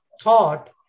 thought